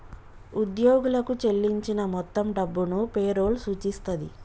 ఉద్యోగులకు చెల్లించిన మొత్తం డబ్బును పే రోల్ సూచిస్తది